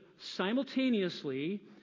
simultaneously